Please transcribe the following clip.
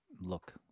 look